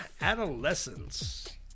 adolescence